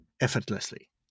effortlessly